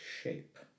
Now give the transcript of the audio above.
shape